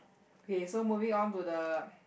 K so moving on to the